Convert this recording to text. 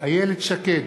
איילת שקד,